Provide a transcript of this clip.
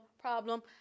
problem